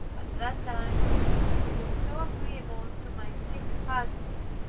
at that time he was so agreeable to my sick husband,